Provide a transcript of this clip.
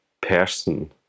person